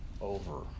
Over